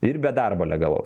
ir be darbo legalaus